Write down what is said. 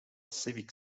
civic